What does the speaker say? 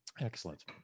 excellent